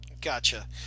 gotcha